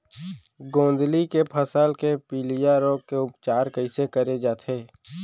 गोंदली के फसल के पिलिया रोग के उपचार कइसे करे जाये?